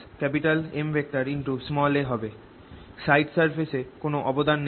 side surface এ কোন অবদান নেই